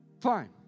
fine